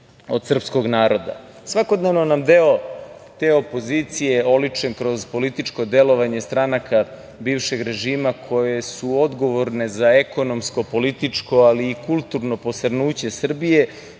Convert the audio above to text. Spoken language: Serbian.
od srpskog naroda. Svakodnevno nam deo te opozicije, oličen kroz političko delovanje stranka bivšeg režima, koje su odgovorne za ekonomsko, političko, ali i kulturno posrnuće Srbije